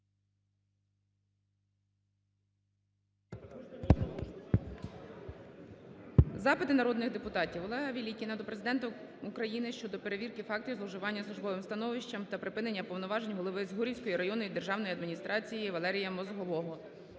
співака Бориса Гмирі. Олега Велікіна до Прем'єр-міністра України щодо перевірки фактів зловживання службовим становищем та припинення повноважень Голови Згурівської районної державної адміністрації Валерія Мозгового.